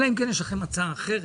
אלא אם כן יש לכם הצעה אחרת.